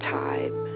time